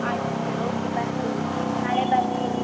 ಆಯಿತು sir okay ಬರ್ತೀವಿ ನಾಳೆ ಬರ್ತೀವಿ